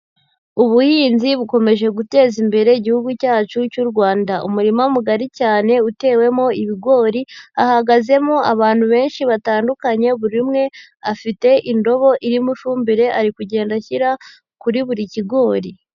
Ubuhinzi bukomeje guteza imbere igihugu cyacu cy'u Rwanda, umurima mugari cyane utewemo ibigori, hahagazemo abantu benshi batandukanye, buri umwe afite indobo irimo ifumbire, ari kugenda ashyira kuri buri kigori.